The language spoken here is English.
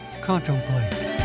Contemplate